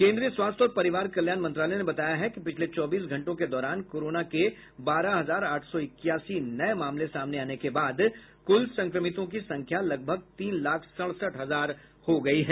केन्द्रीय स्वास्थ्य और परिवार कल्याण मंत्रालय ने बताया है कि पिछले चौबीस घंटों के दौरान कोरोना के बारह हजार आठ सौ इक्यासी नए मामले सामने आने के बाद कुल संक्रमितों की संख्या लगभग तीन लाख सड़सठ हजार हो गई हैं